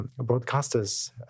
broadcasters